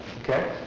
Okay